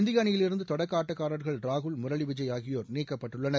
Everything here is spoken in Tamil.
இந்திய அணியிலிருந்து தொடக்க ஆட்டக்காரர்கள் ராகுல் முரளி விஜய் ஆகியோர் நீக்கப்பட்டுள்ளனர்